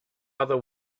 other